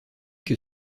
que